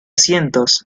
cientos